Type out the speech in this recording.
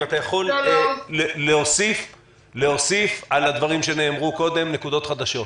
אם אתה יכול להוסיף על הדברים שנאמרו קודם נקודות חדשות.